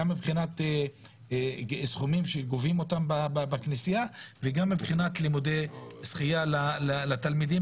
גם מבחינת סכומים שגובים אותם בכניסה וגם מבחינת לימודי שחייה לתלמידים